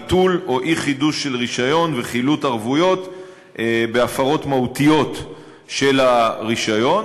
ביטול או אי-חידוש של רישיון וחילוט ערבויות בהפרות מהותיות של הרישיון.